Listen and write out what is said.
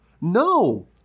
no